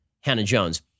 Hannah-Jones